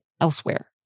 elsewhere